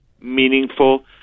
meaningful